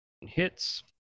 hits